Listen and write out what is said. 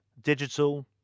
digital